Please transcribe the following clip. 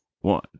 one